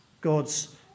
God's